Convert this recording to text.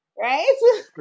Right